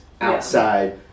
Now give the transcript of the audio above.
outside